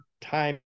time